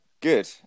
Good